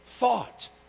thought